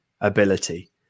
ability